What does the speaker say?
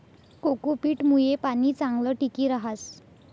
cocopeat मुये पाणी चांगलं टिकी रहास